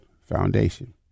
foundation